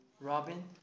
Robin